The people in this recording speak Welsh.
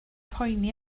poeni